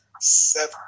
seven